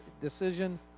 decision